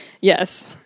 yes